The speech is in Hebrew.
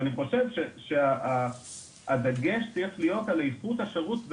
ואני חושב שהדגש צריך להיות על איכות השירות,